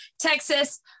Texas